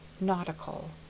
nautical